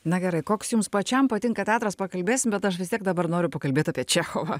na gerai koks jums pačiam patinka teatras pakalbėsim bet aš vis tiek dabar noriu pakalbėt apie čechovą